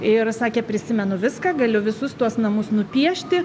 ir sakė prisimenu viską galiu visus tuos namus nupiešti